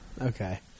Okay